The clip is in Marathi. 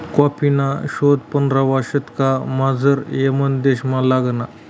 कॉफीना शोध पंधरावा शतकमझाऱ यमन देशमा लागना